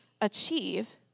achieve